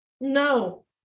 no